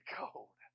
cold